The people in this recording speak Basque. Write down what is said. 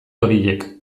horiek